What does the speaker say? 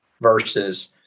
versus